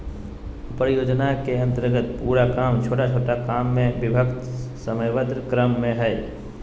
परियोजना के अन्तर्गत पूरा काम छोटा छोटा काम में विभक्त समयबद्ध क्रम में हइ